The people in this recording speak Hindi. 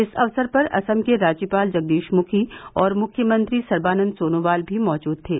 इस अवसर पर असम के राज्यपाल जगदीश मुखी और मुख्यमंत्री सर्वानंद सोनोवाल भी मौजूद थे